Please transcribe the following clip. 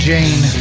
Jane